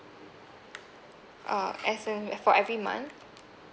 uh as in for every month